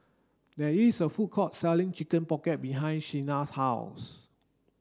there is a food court selling chicken pocket behind Shenna's house